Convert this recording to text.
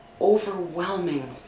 overwhelming